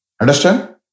Understand